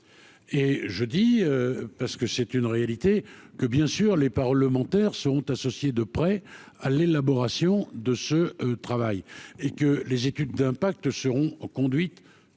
et je dis parce que c'est une réalité que bien sûr les parlementaires seront associés de près à l'élaboration de ce travail et que les études d'impact seront conduites